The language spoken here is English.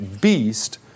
beast